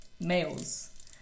males